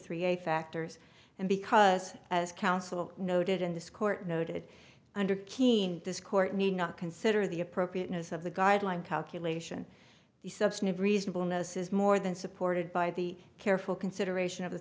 three eight factors and because as counsel noted in this court noted under keying this court need not consider the appropriateness of the guideline calculation the substantive reasonableness is more than supported by the careful consideration of the